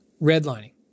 redlining